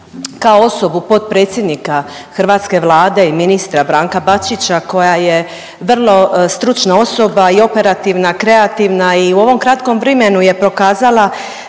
kao osobu potpredsjednika hrvatske Vlade i ministra Branka Bačića koja je vrlo stručna osoba i operativna, kreativna i u ovom kratkom vrimenu je prokazala